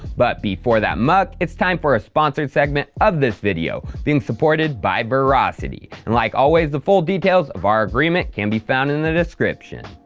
but before that muck, it's time for a sponsored segment of this video, being supported by verasity, and like always the full details of our agreement can be found in the description.